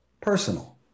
personal